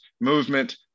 movement